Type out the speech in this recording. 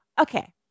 Okay